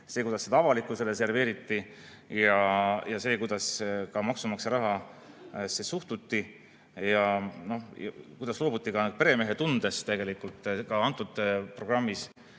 see, kuidas seda avalikkusele serveeriti, ja see, kuidas maksumaksja rahasse suhtuti ja kuidas loobuti ka peremehetundest antud programmis,